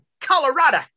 Colorado